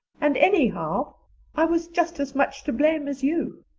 and anyhow i was just as much to blame as you.